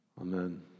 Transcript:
Amen